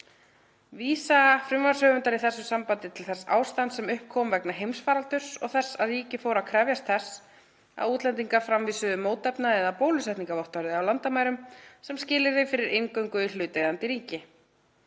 Vísa frumvarpshöfundar í þessu sambandi til þess ástands sem upp kom vegna heimsfaraldursins og þess að ríki fóru að krefjast þess að útlendingar framvísuðu mótefna- eða bólusetningarvottorði á landamærum sem skilyrði fyrir inngöngu í hlutaðeigandi ríki.